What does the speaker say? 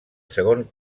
segon